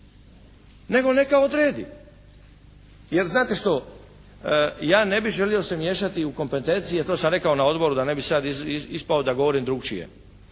Nego neka odredi. Jer znate što? Ja ne bih želio se miješati u kompetencije, to sam rekao na odboru da ne bih sad ispao da govorim drukčije,